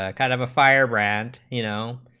ah kind of firebrand you know